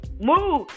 Move